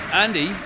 Andy